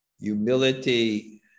humility